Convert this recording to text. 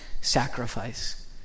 sacrifice